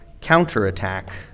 counterattack